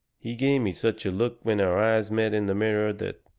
he gave me such a look when our eyes met in the mirror that,